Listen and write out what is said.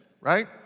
right